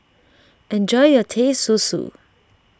enjoy your Teh Susu